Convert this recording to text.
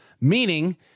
meaning